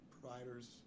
providers